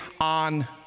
on